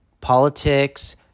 politics